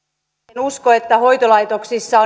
en usko että hoitolaitoksissa